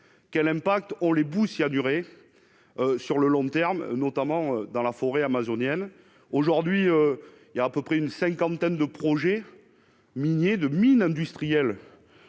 quel impact ont les boues cyanurées à long terme, notamment dans la forêt amazonienne. Aujourd'hui, il y a une cinquantaine de projets de mines industrielles